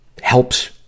helps